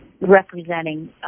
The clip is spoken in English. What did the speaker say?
representing